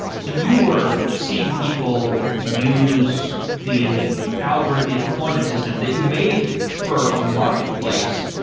so you were seeing people use the algorithmic deployment system that you made for a marketplace.